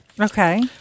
Okay